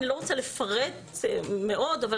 אני לא רוצה לפרט מאוד, אבל